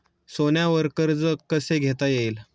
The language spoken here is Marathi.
सोन्यावर कर्ज कसे घेता येईल?